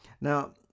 Now